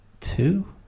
two